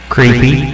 Creepy